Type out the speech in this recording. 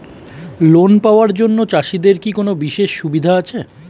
Loan পাওয়ার জন্য চাষিদের কি কোনো বিশেষ সুবিধা আছে?